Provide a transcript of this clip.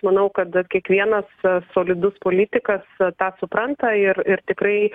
manau kad ir kiekvienas solidus politikas tą supranta ir ir tikrai